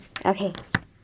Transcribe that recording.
okay